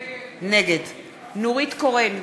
נגד נורית קורן,